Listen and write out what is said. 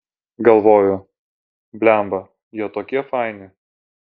galvoju blemba jie tokie faini